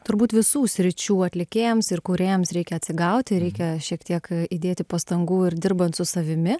turbūt visų sričių atlikėjams ir kūrėjams reikia atsigauti reikia šiek tiek įdėti pastangų ir dirbant su savimi